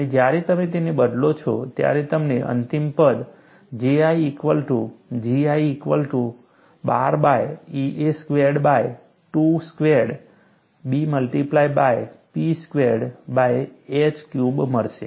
અને જ્યારે તમે તેને બદલો ત્યારે તમને અંતિમ પદ JI equal to GI equal to 12 by Ea squared by B squared multiply by P squared by h cubed મળશે